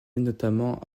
notamment